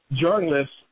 journalists